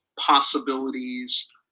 possibilities